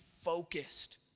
focused